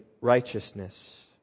righteousness